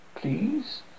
Please